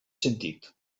sentit